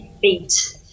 beat